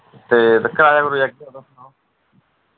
ते ते कराया करुया केह् ऐ ओह्दा सनाओ